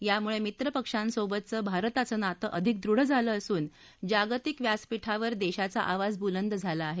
यामुळे मित्रपक्षांसोबतचं भारताचं नातं अधिक दृढ झालं असून जागतिक व्यासपीठावर देशाचा आवाज बुलंद झाला आहे